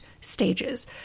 stages